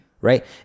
right